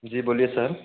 जी बोलिए सर